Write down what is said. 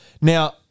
Now